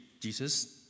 Jesus